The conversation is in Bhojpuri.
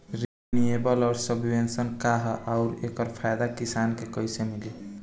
रिन्यूएबल आउर सबवेन्शन का ह आउर एकर फायदा किसान के कइसे मिली?